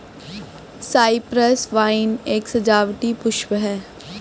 Cyprus vine एक सजावटी पुष्प है